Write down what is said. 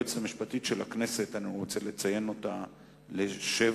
היועצת המשפטית לכנסת, אני רוצה לציין אותה לשבח,